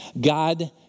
God